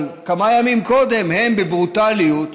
אבל כמה ימים קודם הם, בברוטליות,